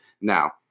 Now